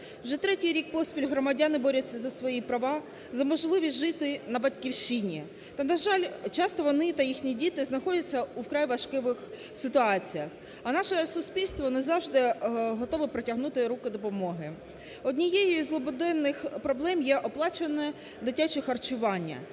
Вже третій рік поспіль громадяни борються за свої права, за можливість жити на батьківщині. Та, на жаль, часто вони та їхні діти знаходяться у вкрай важких ситуаціях, а наше суспільство не завжди готове протягнути руку допомоги. Однією із злободенних проблем є оплачуване дитяче харчування.